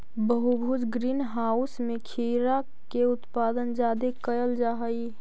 बहुभुज green house में खीरा के उत्पादन जादे कयल जा हई